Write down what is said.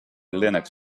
linux